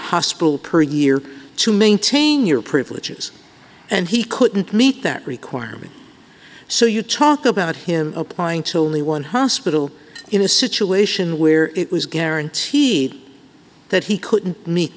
hospital per year to maintain your privileges and he couldn't meet that requirement so you talk about him applying to only one hospital in a situation where it was guaranteed that he couldn't meet